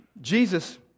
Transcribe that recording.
Jesus